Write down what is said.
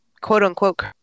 quote-unquote